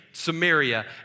Samaria